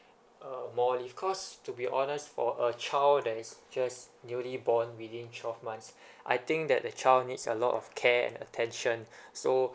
uh more leave cause to be honest for a child that is just newly born within twelve months I think that the child needs a lot of care and attention so